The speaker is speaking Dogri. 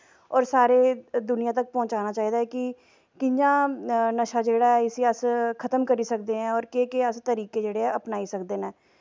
होर सारे दुनियां तक्कर पजाना चाहिदा ऐ कि कि'यां नशा जेह्ड़ा ऐ इस्सी अस खत्म करी सकदे आं ते केह् केह् तरीके जेह्ड़े अपनाई सकदे आं